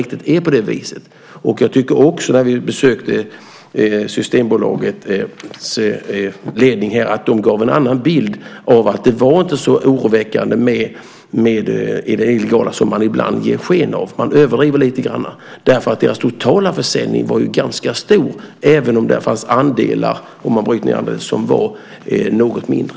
Vid vårt besök hos Systembolagets ledning fick vi en bild av att den illegala införseln inte är så oroväckande som det ibland ges sken av. Det överdrivs lite grann. Systembolagets totala försäljning var stor även om där fanns andelar som var något mindre.